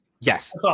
Yes